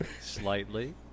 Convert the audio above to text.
slightly